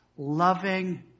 loving